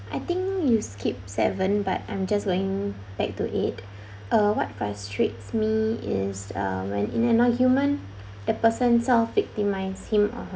I think you skip seven but I'm just going back to eight uh what frustrates me is uh when in an argument the person sort of victimised him or herself